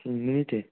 হুম মিনিটে